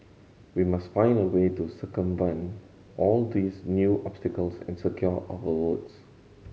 we must find a way to circumvent all these new obstacles and secure our votes